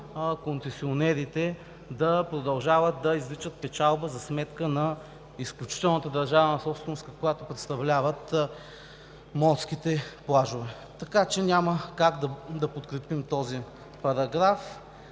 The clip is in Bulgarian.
концесионерите да продължават да извличат печалба за сметка на изключителната държавна собственост, каквато представляват морските плажове. Няма как да подкрепим този параграф!